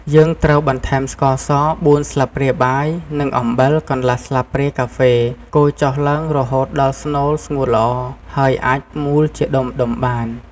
យើងត្រូវបន្ថែមស្ករស ៤ ស្លាបព្រាបាយ និងអំបិល កន្លះ ស្លាបព្រាកាហ្វេ កូរចុះឡើងរហូតដល់ស្នូលស្ងួតល្អ ហើយអាចមូលជាដុំៗបាន។